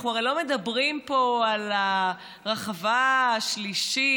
אנחנו הרי לא מדברים פה על הרחבה השלישית